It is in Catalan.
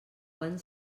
quan